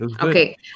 Okay